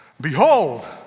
behold